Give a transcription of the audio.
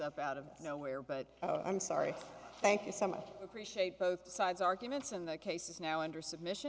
of out of nowhere but i'm sorry thank you so much appreciate both sides arguments and the cases now under submission